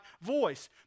voice